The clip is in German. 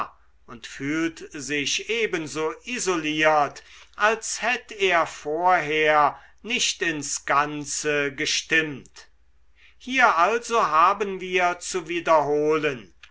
und fühlt sich ebenso isoliert als hätt er vorher nicht ins ganze gestimmt hier also haben wir zu wiederholen